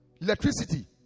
electricity